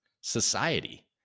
Society